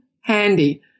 handy